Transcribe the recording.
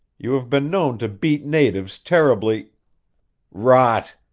you have been known to beat natives terribly rot!